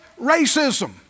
racism